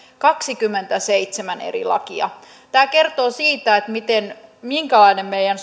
kaksikymmentäseitsemän eri lakia tämä kertoo siitä minkälainen meidän